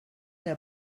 der